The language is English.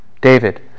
David